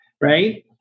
right